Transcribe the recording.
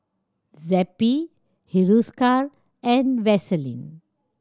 Zappy Hiruscar and Vaselin